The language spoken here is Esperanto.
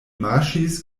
marŝis